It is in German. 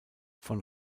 von